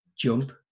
jump